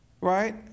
right